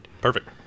perfect